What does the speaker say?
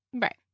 Right